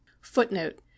Footnote